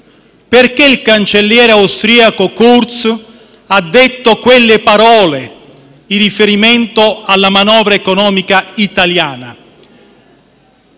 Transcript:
Perché il cancelliere austriaco Kurz ha detto quelle parole in riferimento alla manovra economica italiana?